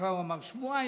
בהתחלה הוא אמר שבועיים,